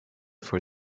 for